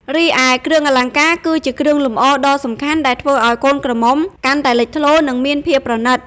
រីឯគ្រឿងអលង្ការគឺជាគ្រឿងលម្អដ៏សំខាន់ដែលធ្វើឱ្យកូនក្រមុំកាន់តែលេចធ្លោ និងមានភាពប្រណិត ។